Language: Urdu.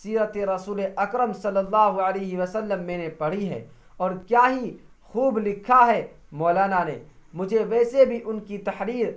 سیرت رسول اکرم صلی اللہ علیہ و سلم میں نے پڑھی ہے اور کیا ہی خوب لکھا ہے مولانا نے مجھے ویسے بھی ان کی تحریر